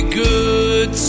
good